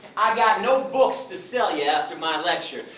i've got no books to sell you after my lecture.